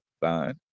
Fine